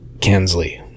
Kensley